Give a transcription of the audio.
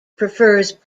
prefers